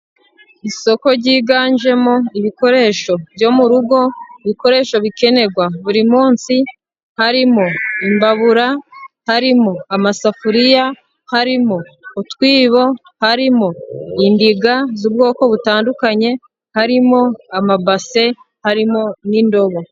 Isoko ryiganjemo ibikoresho byo mu rugo; ibikoresho bikenerwa buri munsi harimo imbabura, harimo amasafuriya, harimo utwibo, harimo indiga z' ubwoko butandukanye, harimo amabase, harimo n' indobo.